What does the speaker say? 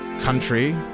country